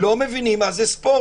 לא מבינים מה זה ספורט.